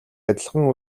адилхан